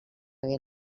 hagué